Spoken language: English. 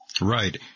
Right